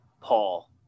Paul